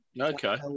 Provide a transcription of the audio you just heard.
Okay